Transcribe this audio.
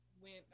went